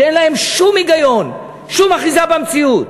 שאין להן שום היגיון, שום אחיזה במציאות.